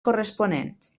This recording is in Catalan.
corresponents